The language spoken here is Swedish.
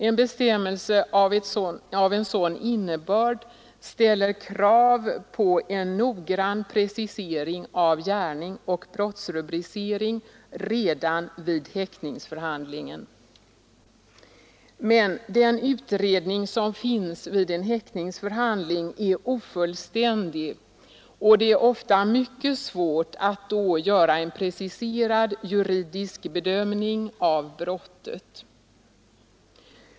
En bestämmelse av en sådan innebörd ställer krav på en noggrann precisering av gärning och brottsrubricering redan vid häktningsförhandlingen. Men den utredning som finns vid en häktningsförhandling är ofullständig, och det är ofta mycket svårt att göra en preciserad juridisk bedömning av brottet.